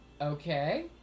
Okay